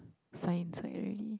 science like really